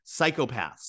psychopaths